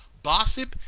bossip,